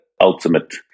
ultimate